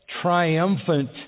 triumphant